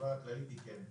התשובה הכללית היא כן.